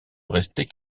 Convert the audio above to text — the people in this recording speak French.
restait